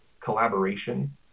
collaboration